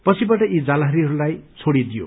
पछिबाट यी ाजालहारीहरूलाई छोड़िदियो